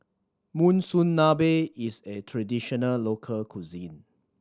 monsunabe is a traditional local cuisine